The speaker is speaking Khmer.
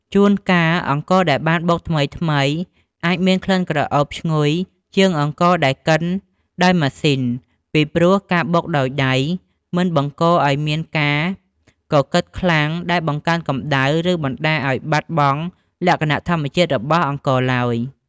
ជួនកាល អង្ករដែលបានបុកថ្មីៗអាចមានក្លិនក្រអូបឈ្ងុយជាងអង្ករដែលកិនដោយម៉ាស៊ីន ពីព្រោះការបុកដោយដៃមិនបង្កឲ្យមានការកកិតខ្លាំងដែលបង្កើតកម្ដៅ ឬបណ្ដាលឲ្យបាត់បង់លក្ខណៈធម្មជាតិរបស់អង្ករឡើយ។